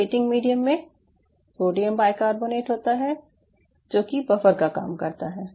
plating medium में sodium bicarbonate होता है जो कि बफर का काम करता है